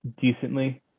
decently